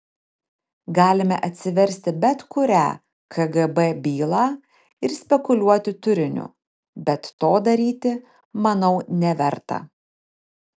galime atsiversti bet kurią kgb bylą ir spekuliuoti turiniu bet to daryti manau neverta